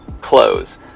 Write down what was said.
close